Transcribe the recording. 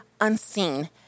unseen